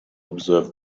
observe